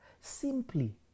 Simply